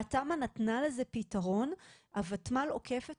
והתמ"א נתנה לזה פתרון והוותמ"ל עוקף את